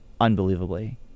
unbelievably